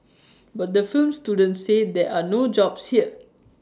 but the film students say there are no jobs here